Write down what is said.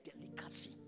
delicacy